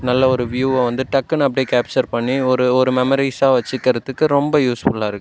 நல்ல ஒரு வியூவை வந்து டக்குனு அப்படியே கேப்ச்சர் பண்ணி ஒரு ஒரு மெமரிஸாக வச்சுக்கறத்துக்கு ரொம்ப யூஸ் ஃபுல்லா இருக்குது